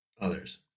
others